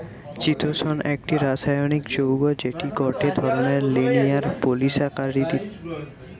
চিতোষণ একটি রাসায়নিক যৌগ্য যেটি গটে ধরণের লিনিয়ার পলিসাকারীদ